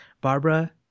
barbara